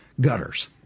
gutters